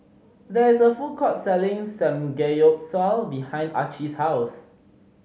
there is a food court selling Samgeyopsal behind Archie's house